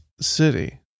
City